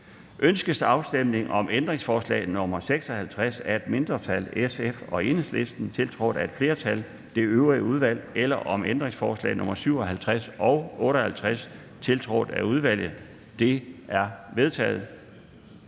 Ønskes afstemning om nr. 56 af et mindretal (SF og EL), tiltrådt af et flertal (det øvrige udvalg), eller om ændringsforslag nr. 57 og 58, tiltrådt af udvalget? De er vedtaget.